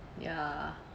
ya